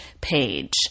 page